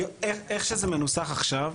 איך שזה מנוסח עכשיו,